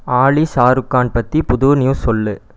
ஆலி ஷாருக்கான் பற்றி புது நியூஸ் சொல்